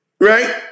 right